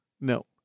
No